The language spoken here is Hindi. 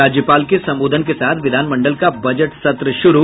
राज्यपाल के संबोधन के साथ विधानमंडल का बजट सत्र शुरू